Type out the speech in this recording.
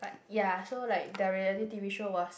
but ya so like the reality t_v show was